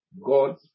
God